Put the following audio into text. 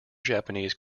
japanese